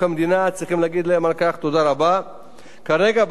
כרגע הצעת החוק מסדירה את העברת הנכסים,